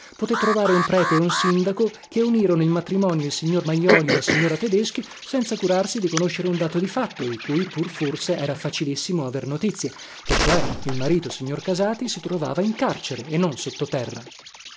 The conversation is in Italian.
poté trovare un prete e un sindaco che unirono in matrimonio il signor majoli e la signora tedeschi senza curarsi di conoscere un dato di fatto di cui pur forse era facilissimo aver notizia che cioè il marito signor casati si trovava in carcere e non sottoterra